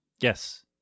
Yes